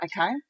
Okay